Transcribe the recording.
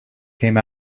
came